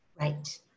right